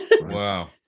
Wow